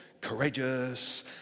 courageous